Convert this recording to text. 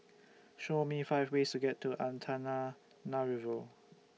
Show Me five ways to get to Antananarivo